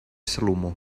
salomó